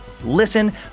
Listen